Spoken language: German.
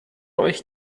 euch